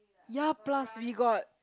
ya plus we got